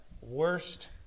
worst